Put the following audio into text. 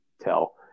tell